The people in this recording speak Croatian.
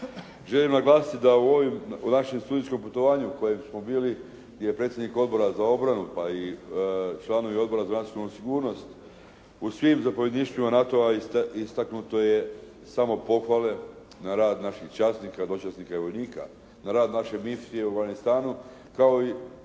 Želim naglasiti da u ovim, u našem studijskom putovanju na kojem smo bili gdje je predsjednik Odbora za obranu pa i članovi Odbora za nacionalnu sigurnost u svim zapovjedništvima NATO-a istaknuto je samo pohvale na rad naših časnika, dočasnika i vojnika. Na rad naše misije u Afganistanu kao i